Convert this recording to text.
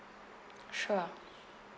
sure